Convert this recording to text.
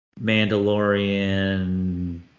Mandalorian